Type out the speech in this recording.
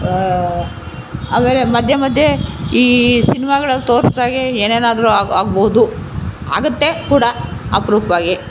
ಆದರೆ ಮಧ್ಯೆ ಮಧ್ಯೆ ಈ ಸಿನಿಮಾಗಳಲ್ಲಿ ತೋರಿಸ್ದಾಗೆ ಏನೇನಾದರೂ ಆಗ್ಬೋದು ಆಗುತ್ತೆ ಕೂಡ ಅಪರೂಪ್ವಾಗೆ